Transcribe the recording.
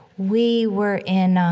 we were in, um,